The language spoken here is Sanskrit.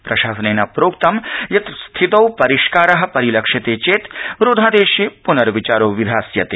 प्रशासनेन प्रोक्तमस्ति यत् स्थितौ परिष्कार परिलक्ष्यते चेत् रोधादेशे पुनर्विचारो विधास्यते